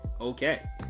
Okay